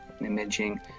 Imaging